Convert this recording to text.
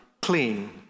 clean